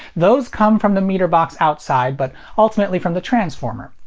those come from the meter box outside but ultimately from the transformer.